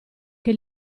che